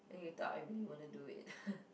then you thought I really wanna do it